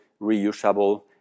reusable